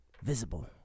Visible